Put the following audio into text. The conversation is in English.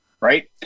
right